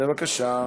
בבקשה.